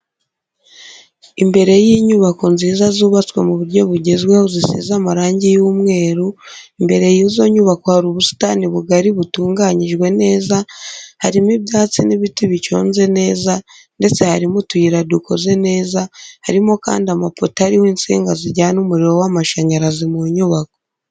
Imbere y'inyubako nziza zubatswe mu buryo bugezweho zisize amarangi y'umweru imbere y'izo nyubako hari ubusitani bugari butunganyijwe neza, harimo ibyatsi n'ibiti biconze neza ndetse harimo utuyira dukoze neza, harimokandi amapoto ariho insinga zijyana umuriro w'amashanyarazi mu nyubako.